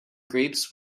grapes